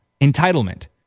Entitlement